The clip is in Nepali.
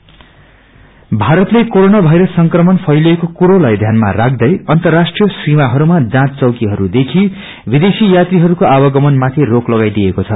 कोरोना बोंडर क्लोज भारतले कोरोना वायरस संक्रमण फैलिएको कुरोलाई ध्यानमा राख्दै अर्न्तराष्ट्रिय सिमाहरूमा जाँच चौकीहरूदेखि विदेशी यात्रीहरूको आवागमनमाथि रोक लगाइएको छ